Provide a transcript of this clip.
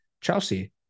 Chelsea